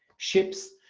ships,